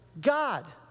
God